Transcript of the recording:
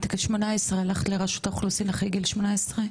את בת 18 הלכת לרשות האוכלוסין אחרי גיל 18?